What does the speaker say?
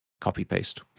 copy-paste